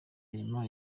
mirimo